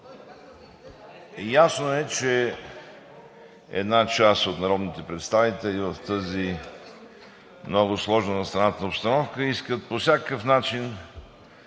Ясно е, че една част от народните представители в тази много сложна за страната обстановка искат по всякакъв начин